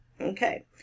Okay